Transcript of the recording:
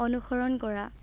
অনুসৰণ কৰা